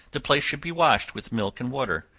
the place should be washed with milk and water,